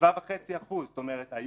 7.5%. זאת אומרת,